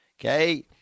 okay